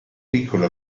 piccole